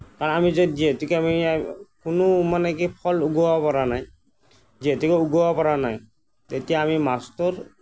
কাৰণ আমি যি যিহেতুকে আমি কোনো মানে কি ফল ওগোৱাব পৰা নাই যিহেতুকে ওগোৱাব পৰা নাই তেতিয়া আমি মাছটোৰ